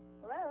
Hello